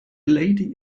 lady